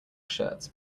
shirt